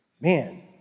Man